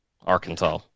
Arkansas